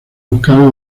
buscar